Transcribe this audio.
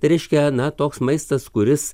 tai reiškia na toks maistas kuris